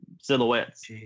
silhouettes